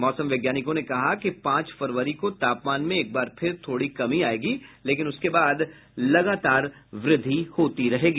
मौसम वैज्ञानिकों ने कहा कि पांच फरवरी को तापमान में एक बार फिर थोड़ी कमी आयेगी लेकिन उसके बाद लगातार व्रद्धि होती रहेगी